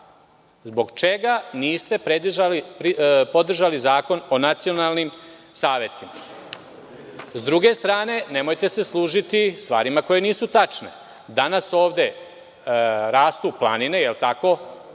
Zbog čega niste podržali Zakon o nacionalnim savetima?S druge strane, nemojte se služiti stvarima koje nisu tačne. Danas ovde rastu planine, jel tako,